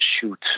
shoot